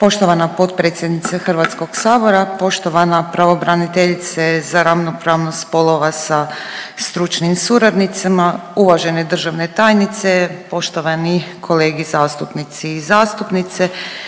Poštovana potpredsjednice HS-a, poštovana pravobraniteljice za ravnopravnost spolova sa stručnim suradnicima, uvažene državne tajnice, poštovani kolege zastupnici i zastupnice,